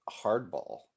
Hardball